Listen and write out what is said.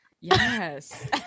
Yes